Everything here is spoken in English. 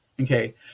Okay